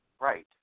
right